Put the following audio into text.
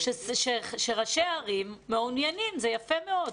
מבורך שראשי ערים מעוניינים, זה יפה מאוד.